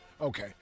Okay